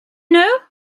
know